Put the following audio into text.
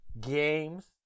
games